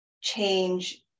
change